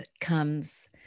comes